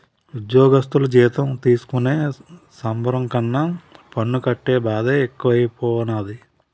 ఉజ్జోగస్థులు జీతం తీసుకునే సంబరం కన్నా పన్ను కట్టే బాదే ఎక్కువైపోనాది